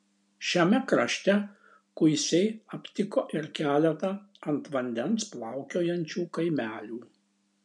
šiame krašte kuisiai aptiko ir keletą ant vandens plaukiojančių kaimelių